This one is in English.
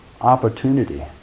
opportunity